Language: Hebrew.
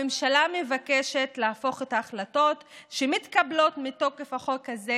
הממשלה מבקשת להפוך את ההחלטות שמתקבלות מתוקף החוק הזה